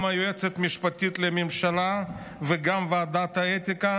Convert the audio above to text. גם היועצת המשפטית לממשלה וגם ועדת האתיקה